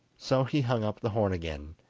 so he hung up the horn again,